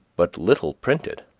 but little printed.